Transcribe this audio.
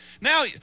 Now